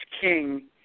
king